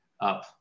up